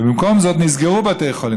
ובמקום זאת נסגרו בתי חולים,